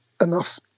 enough